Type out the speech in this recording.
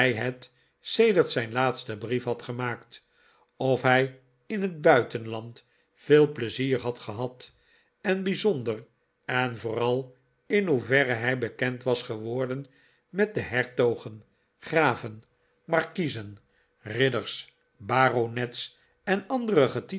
sedert zijn laatsten brief had gemaakt of hij in het buitenland yeel pleizier had gehad en bij zonder en vooral in hoeverre hij bekend was geworden met de hertogen graven markiezen ridders baronets en andere